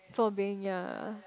for being yea